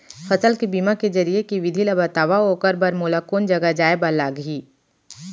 फसल के बीमा जरिए के विधि ला बतावव अऊ ओखर बर मोला कोन जगह जाए बर लागही?